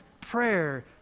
prayer